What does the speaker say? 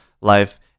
life